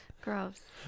gross